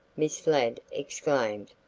miss ladd exclaimed.